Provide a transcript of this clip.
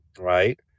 right